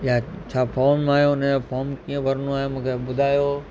या छा फॉम आहे उन जो फॉम कीअं भरिणो आहे मूंखे ॿुधायो